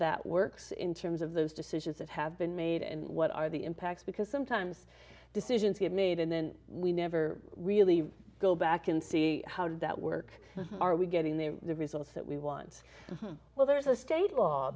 that works in terms of those decisions that have been made and what are the impacts because sometimes decisions get made and then we never really go back and see how did that work are we getting the results that we want well there's a state law